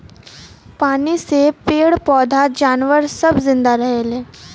पानी से पेड़ पौधा जानवर सब जिन्दा रहेले